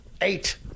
eight